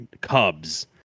cubs